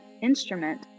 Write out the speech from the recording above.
instrument